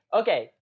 Okay